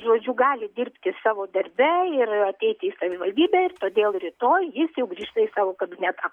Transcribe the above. žodžiu gali dirbti savo darbe ir ateiti į savivaldybę ir todėl rytoj jis jau grįžta į savo kabinetą